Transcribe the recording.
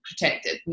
protected